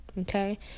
Okay